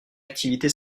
activité